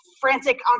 frantic